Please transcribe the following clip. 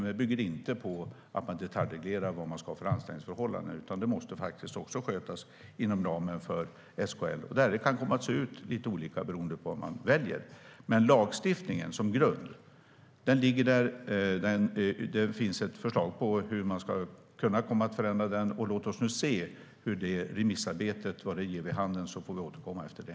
Men det bygger inte på att man detaljreglerar vad man ska ha för anställningsförhållanden. Det måste faktiskt också skötas inom ramen för SKL, och det kan komma att se lite olika ut beroende på vad man väljer. Men lagstiftningen som grund finns där, och det finns ett förslag på hur man ska kunna förändra den. Låt oss nu se vad remissarbetet ger vid handen, så får vi återkomma efter det.